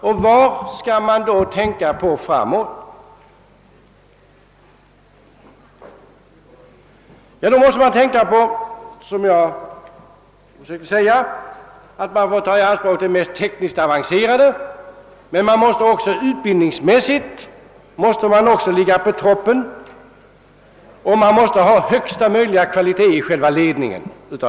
Man måste alltså tänka på att ta den mest avancerade tekniken i anspråk, men man måste också ligga på toppen utbildningsmässigt och man måste ha högsta möjliga kvalitet i den militära ledningen.